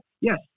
Yes